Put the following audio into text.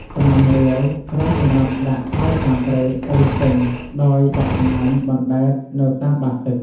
សំណាញ់រ៉ាវ ប្រើសម្រាប់ដាក់នៅតាមព្រែក ឬស្ទឹង ដោយដាក់សំណាញ់បណ្ដែតនៅតាមបាតទឹក។